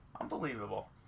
Unbelievable